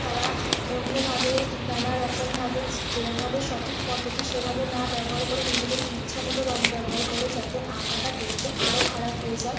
তারা অন্যভাবে নানারকমভাবে যেভাবে সঠিক পদ্ধতি সেভাবে না ব্যবহার করে নিজেদের ইচ্ছামতো রঙ ব্যবহার করে যাতে আঁকাটা দেখতে আরও খারাপ হয়ে যায়